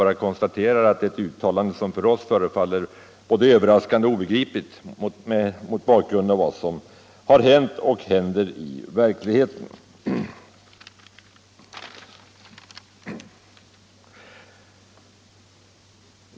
Jag bara konstaterar att det är ett uttalande som för oss förefaller både överraskande och obegripligt mot bakgrund av vad som har hänt och händer i verkligheten.